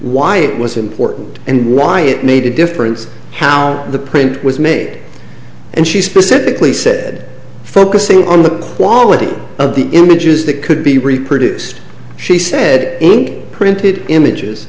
why it was important and why it made a difference how the paint was made and she specifically said focusing on the quality of the images that could be reproduced she said nk printed images